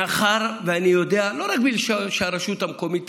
מאחר שאני יודע, לא רק בגלל שלרשות המקומית